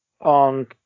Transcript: on